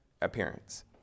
appearance